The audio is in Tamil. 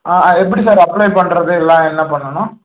எப்படி சார் அப்ளை பண்ணுறது இதெல்லாம் பண்ணனும்